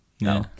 No